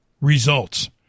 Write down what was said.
Results